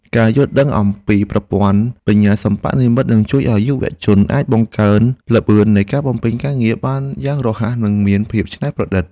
ការយល់ដឹងអំពីប្រព័ន្ធបញ្ញាសិប្បនិម្មិតនឹងជួយឱ្យយុវជនអាចបង្កើនល្បឿននៃការបំពេញការងារបានយ៉ាងរហ័សនិងមានភាពច្នៃប្រឌិត។